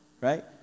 right